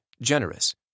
generous